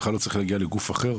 בכלל לא צריך להגיע לגוף אחר.